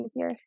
easier